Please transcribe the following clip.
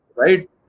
Right